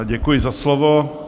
Děkuji za slovo.